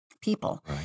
people